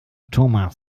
thomas